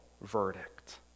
verdict